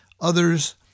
others